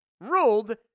ruled